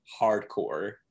hardcore